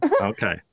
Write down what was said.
Okay